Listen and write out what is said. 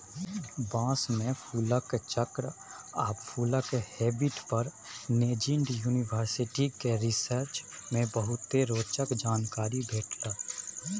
बाँस मे फुलक चक्र आ फुलक हैबिट पर नैजिंड युनिवर्सिटी केर रिसर्च मे बहुते रोचक जानकारी भेटल